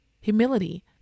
humility